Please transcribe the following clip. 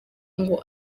ngo